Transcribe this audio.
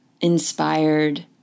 inspired